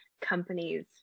companies